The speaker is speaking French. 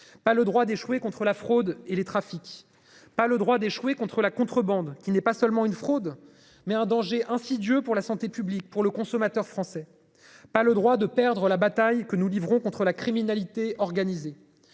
Pas le droit d'échouer contre la fraude et les trafics. Pas le droit d'échouer contre la contrebande qui n'est pas seulement une fraude mais un danger insidieux pour la santé publique pour le consommateur français. Pas le droit de perdre la bataille que nous livrons contre la criminalité organisée